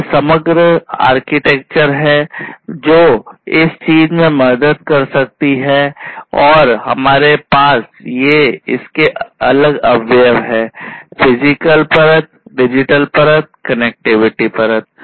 यह समग्र वास्तुकला है जो इस चीज में मदद कर सकती है और हमारे पास ये इसके अलग अवयव हैं फिजिकल परत डिजिटल परत और कनेक्टिविटी परत